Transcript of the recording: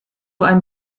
ein